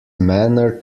manner